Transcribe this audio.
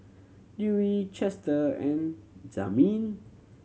Dewey Chester and Jazmin